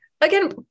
again